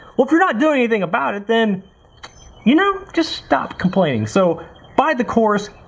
well if you're not doing anything about it then you know, just stop complaining so buy the course,